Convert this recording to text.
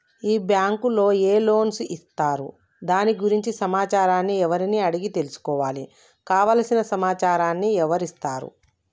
ఈ బ్యాంకులో ఏ లోన్స్ ఇస్తారు దాని గురించి సమాచారాన్ని ఎవరిని అడిగి తెలుసుకోవాలి? కావలసిన సమాచారాన్ని ఎవరిస్తారు?